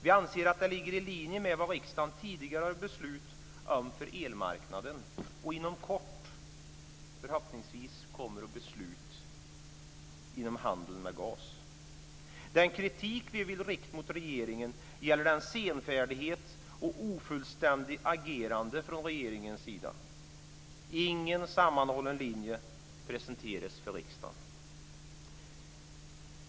Vi anser att det ligger i linje med vad riksdagen tidigare har beslutat om för elmarknaden och inom kort, förhoppningsvis, kommer att besluta om inom handeln med gas. Den kritik vi vill rikta mot regeringen gäller det senfärdiga och ofullständiga agerandet från regeringens sida. Ingen sammanhållen linje har presenterats för riksdagen.